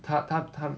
她她她